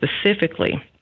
specifically